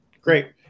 great